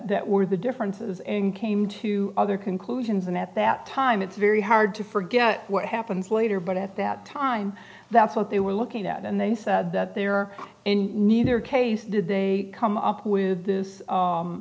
that were the differences and came to other conclusions and at that time it's very hard to forget what happened later but at that time that's what they were looking at and they said that there are in neither case did they come up with this